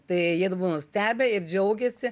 tai jie buvo nustebę ir džiaugėsi